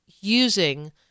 using